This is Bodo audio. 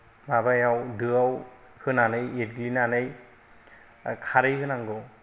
माबायाव दोआव होनानै एरग्लिनानै आरो खारै होनांगौ